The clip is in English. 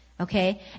Okay